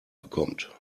bekommt